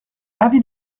avis